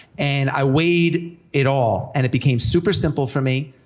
and i weighed it all, and it became super simple for me,